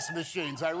machines